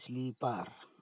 sleeper